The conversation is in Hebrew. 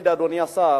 להגיד, אדוני השר,